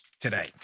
today